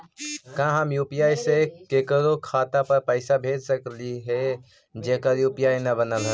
का हम यु.पी.आई से केकरो खाता पर पैसा भेज सकली हे जेकर यु.पी.आई न बनल है?